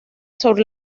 sobre